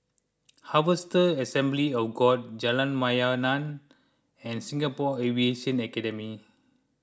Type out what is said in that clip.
Harvester Assembly of God Jalan Mayaanam and Singapore Aviation Academy